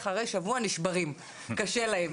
אחרי שבוע הם נשברים כי קשה להם.